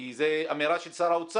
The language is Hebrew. כי זו אמירה של שר האוצר